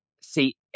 See